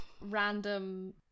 random